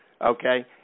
okay